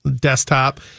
desktop